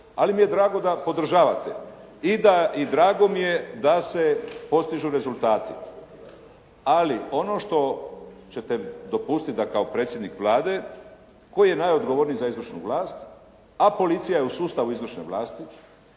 ali mi je drago da podržavate i drago mi je da se postižu rezultati. Ali ono što će te dopustiti da kao predsjednik Vlade koji je najodgovorniji za izvršnu vlast, a policija je u sustavu izvršne vlasti